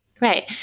Right